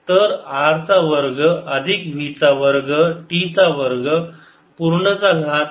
तर R चा वर्ग अधिक v चा वर्ग t चा वर्ग पूर्ण चा घात 3 छेद 2 ddtE